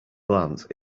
glance